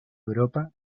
europa